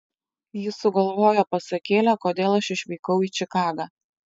jis sugalvojo pasakėlę kodėl aš išvykau į čikagą